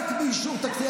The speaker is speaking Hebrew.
רק באישור תקציב.